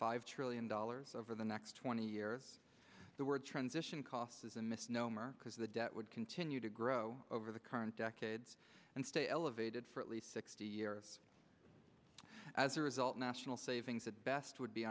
five trillion dollars over the next twenty years the word transition costs is a misnomer because the debt would continue to grow over the current decades and stay elevated for at least sixty years as a result national savings at best would be